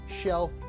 shelf